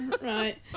right